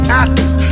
actors